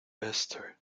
esther